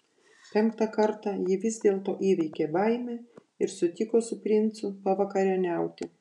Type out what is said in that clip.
penktą kartą ji vis dėlto įveikė baimę ir sutiko su princu pavakarieniauti